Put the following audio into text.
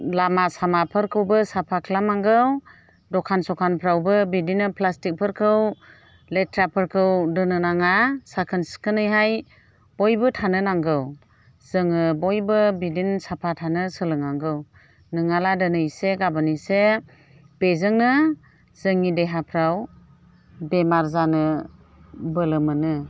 लामा सामाफोरखौबो साफा खालामनांगौ दखान सखानफ्रावबो बिदिनो प्लासटिकफोरखौ लेथ्राफोरखौ दोननो नाङा साखोन सिखोनैहाय बयबो थानो नांगौ जोङो बयबो बिदिनो साफा थानो सोलोंनांगौ नङाला दिनै एसे गाबोन एसे बेजोंनो जोंनि देहाफ्राव बेमार जानो बोलो मोनो